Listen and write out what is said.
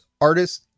artists